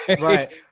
Right